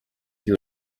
you